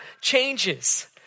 changes